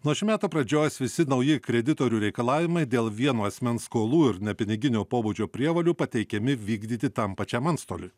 nuo šių metų pradžios visi nauji kreditorių reikalavimai dėl vieno asmens skolų ir nepiniginio pobūdžio prievolių pateikiami vykdyti tam pačiam antstoliui